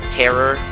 terror